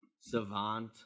savant